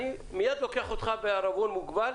ואני מייד לוקח בעירבון מוגבל